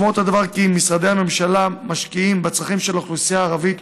משמעות הדבר היא שמשרדי הממשלה משקיעים בצרכים של האוכלוסייה הערבית